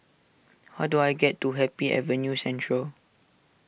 how do I get to Happy Avenue Central